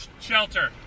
shelter